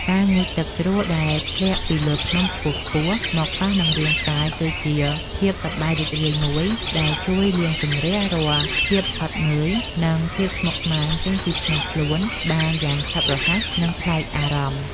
ការងូតទឹកជ្រោះដែលធ្លាក់ពីលើភ្នំខ្ពស់ៗមកប៉ះនឹងរាងកាយគឺជាភាពសប្បាយរីករាយមួយដែលជួយលាងជម្រះរាល់ភាពហត់នឿយ និង ភាពស្មុគស្មាញចេញពីក្នុងខ្លួនបានយ៉ាងឆាប់រហ័ស និង ប្លែកអារម្មណ៍។